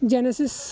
genesis